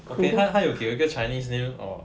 okay 他有给一个 chinese name on